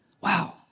Wow